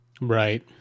Right